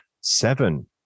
Seven